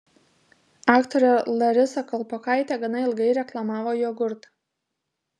aktorė larisa kalpokaitė gana ilgai reklamavo jogurtą